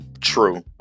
true